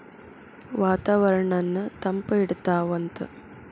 ವಾತಾವರಣನ್ನ ತಂಪ ಇಡತಾವಂತ